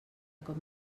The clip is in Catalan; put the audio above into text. cop